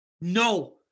No